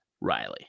Riley